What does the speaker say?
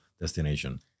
destination